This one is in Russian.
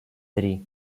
три